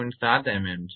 7 mm છે